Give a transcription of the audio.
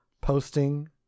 posting